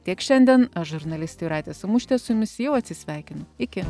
tiek šiandien aš žurnalistė jūratė samušytė su jumis jau atsisveikinu iki